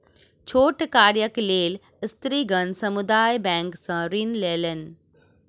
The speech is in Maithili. छोट कार्यक लेल स्त्रीगण समुदाय बैंक सॅ ऋण लेलैन